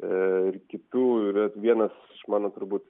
ir kitų yra vienas mano turbūt